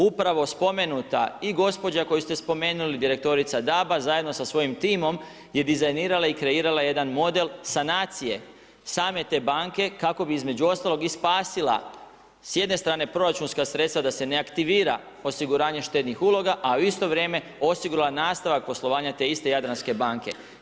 Upravo spomenuta i gospođa koju ste spomenuli, direktorica … zajedno sa svojim timom je dizajnirala i kreirala jedan model sanacije same te banke kako bi između ostalog i spasila s jedne strane proračunska sredstva da se ne aktivira osiguranje štednih uloga a u isto vrijeme osigurala nastavak poslovanja te iste Jadranske banke.